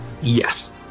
Yes